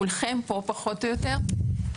כולכם פה פחות או יותר,